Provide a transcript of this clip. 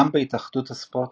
גם בהתאחדות הספורט